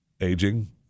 aging